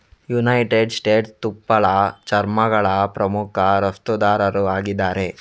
United States ತುಪ್ಪಳ ಚರ್ಮಗಳ ಪ್ರಮುಖ ರಫ್ತುದಾರರು ಆಗಿದ್ದಾರೆ